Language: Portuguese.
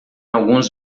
alguns